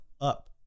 up